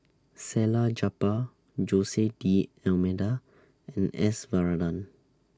Salleh Japar Jose D'almeida and S Varathan